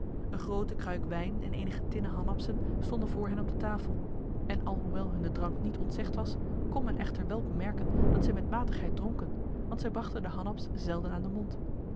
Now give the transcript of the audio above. een grote kruik wijn en enige tinnen hanapsen stonden voor hen op de tafel en alhoewel hun de drank niet ontzegd was kon men echter wel bemerken dat zij met matigheid dronken want zij brachten de hanaps zelden aan de mond